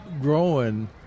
growing